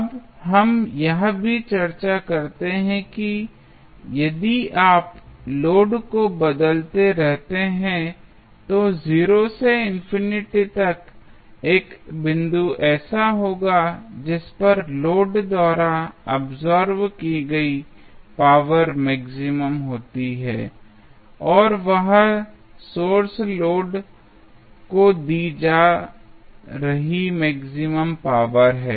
अब हम यह भी चर्चा करते हैं कि यदि आप लोड को बदलते रहते हैं तो 0 से इन्फिनिटी तक एक बिंदु होगा जिस पर लोड द्वारा अब्सॉर्ब की गई पावर मैक्सिमम होती है और वह सोर्स द्वारा लोड को दी जा रही मैक्सिमम पावर है